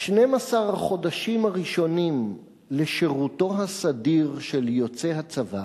"שנים-עשר החודשים הראשונים לשירותו הסדיר" של יוצא הצבא